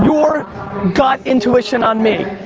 your gut intuition on me,